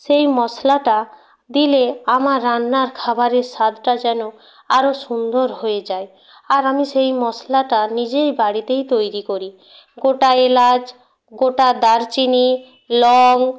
সেই মশলাটা দিলে আমার রান্নার খাবারের স্বাদটা যেন আরও সুন্দর হয়ে যায় আর আমি সেই মশলাটা নিজেই বাড়িতেই তৈরি করি গোটা এলাচ গোটা দারুচিনি লং